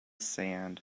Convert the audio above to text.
sand